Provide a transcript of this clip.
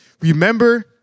remember